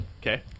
Okay